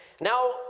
Now